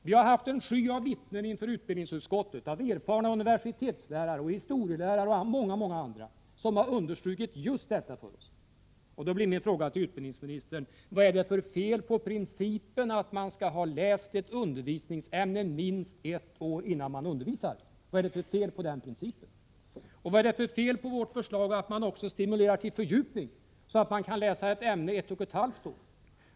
Vi har haft en sky av vittnen inför utbildningsutskottet, erfarna universitetslärare, historielärare och många andra, som har understrukit just detta för oss. Då blir min fråga till utbildningsministern: Vad är det för fel på principen att man skall ha läst ett undervisningsämne minst ett år innan man undervisar i det? Vad är det för fel på vårt förslag att också stimulera till fördjupning, så att man kan läsa ett ämne i ett och ett halvt år?